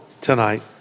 tonight